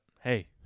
hey